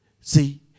See